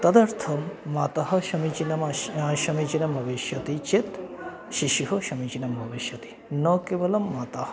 तदर्थं माता समीचीनम् अस्ति समीचीनं भविष्यति चेत् शिशुः समीचीनं भविष्यति न केवलं माता